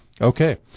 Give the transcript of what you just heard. Okay